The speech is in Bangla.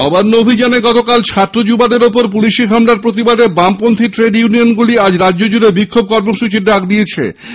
নবান্ন অভিযানে বাম ছাত্র যুবাদের ওপর পুলিশি হামলার প্রতিবাদে বামপন্হী ট্রেড ইউনিয়ন গুলি আজ রাজ্যজুড়ে বিক্ষোভ কর্মসূচীর ডাক দিয়েছে